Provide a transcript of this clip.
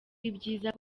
ibyiza